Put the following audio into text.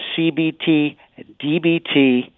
CBT-DBT